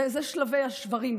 זה שלבי השברים: